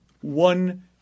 One